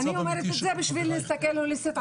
אני אומרת את זה בשביל להסתכל הוליסטית